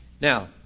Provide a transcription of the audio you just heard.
Now